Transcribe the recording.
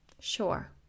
Sure